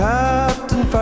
Captain